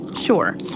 Sure